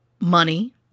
money